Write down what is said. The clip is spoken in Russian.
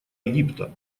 египта